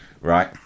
right